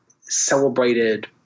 celebrated